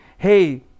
Hey